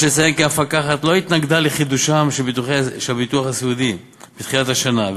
יש לציין כי המפקחת לא התנגדה לחידוש הביטוח הסיעודי בתחילת השנה,